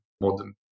modern